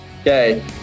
Okay